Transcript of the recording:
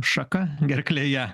šaka gerklėje